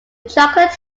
chocolate